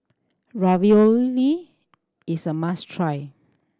ravioli is a must try